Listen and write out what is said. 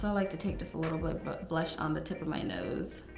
like to take just a little bit of blush on the tip of my nose.